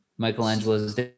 Michelangelo's